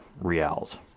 reals